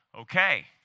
okay